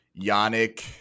Yannick